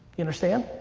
you understand?